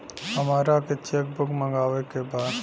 हमारा के cheque book मगावे के बा?